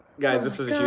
guys, this was yeah